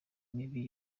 mibi